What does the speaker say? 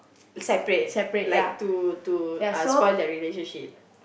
separate like to to uh spoil their relationship